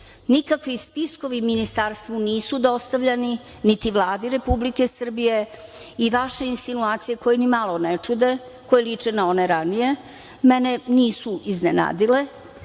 Nikakvi spiskovi nisu dostavljani, niti Vlade Republike Srbije i vaše insinuacije koje me nimalo ne čude, koje liče na one ranije, mene nisu iznenadile. Ja